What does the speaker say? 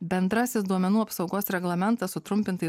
bendrasis duomenų apsaugos reglamentas sutrumpintai